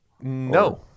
No